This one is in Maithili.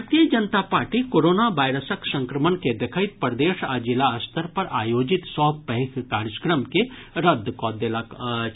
भारतीय जनता पार्टी कोरोना वायरसक संक्रमण के देखैत प्रदेश आ जिला स्तर पर आयोजित सभ पैघ कार्यक्रम के रद्द कऽ देलक अछि